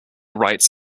rights